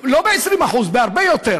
לא ב-20%, בהרבה יותר.